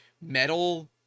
metal